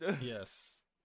Yes